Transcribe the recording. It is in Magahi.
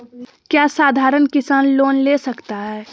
क्या साधरण किसान लोन ले सकता है?